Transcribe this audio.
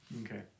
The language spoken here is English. Okay